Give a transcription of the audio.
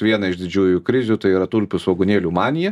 vieną iš didžiųjų krizių tai yra tulpių svogūnėlių maniją